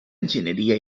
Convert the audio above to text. enginyeria